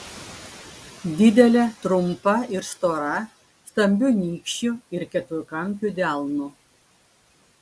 didelė trumpa ir stora stambiu nykščiu ir keturkampiu delnu